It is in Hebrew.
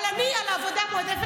אבל אני על עבודה מועדפת,